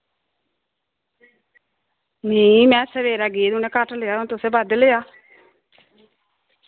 में सबेरै गेई उन्ने घट्ट लैआ तुसें बद्ध लेआ